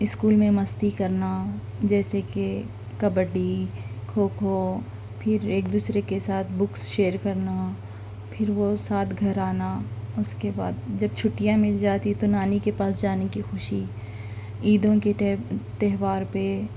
school میں مستی کرنا جیسے کہ کبڈی کھوکھو پھر ایک دوسرے کے ساتھ بک شیر کرنا پھر وہ ساتھ گھر آنا اس کے بعد جب چھٹیاں مل جاتی تو نانی کے پاس جانے کی خوشی عیدوں کے ٹیم تہوار پہ